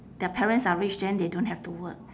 their parents are rich then they don't have to work